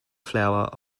flower